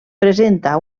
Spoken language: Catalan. presenta